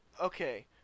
Okay